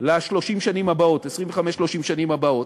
ל-30 שנים הבאות, 30-25 שנים הבאות,